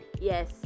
Yes